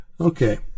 Okay